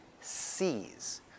sees